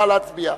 נא להצביע.